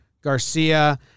Garcia